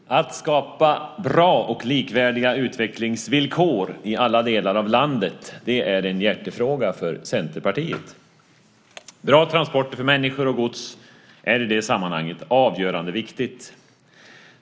Fru talman! Att skapa bra och likvärdiga utvecklingsvillkor i alla delar av landet är en hjärtefråga för Centerpartiet. Bra transporter för människor och gods är i det sammanhanget avgörande viktigt.